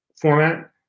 format